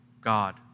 God